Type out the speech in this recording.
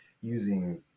using